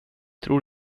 tror